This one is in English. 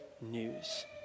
news